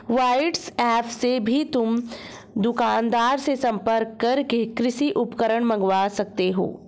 WhatsApp से भी तुम दुकानदार से संपर्क करके कृषि उपकरण मँगवा सकते हो